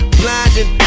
blinding